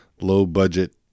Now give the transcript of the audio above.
low-budget